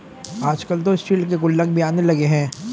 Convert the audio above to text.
आजकल तो स्टील के गुल्लक भी आने लगे हैं